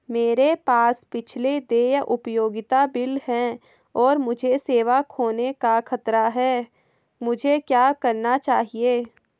मेरे पास पिछले देय उपयोगिता बिल हैं और मुझे सेवा खोने का खतरा है मुझे क्या करना चाहिए?